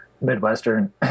midwestern